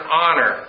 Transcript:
honor